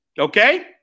Okay